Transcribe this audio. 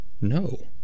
No